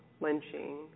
lynching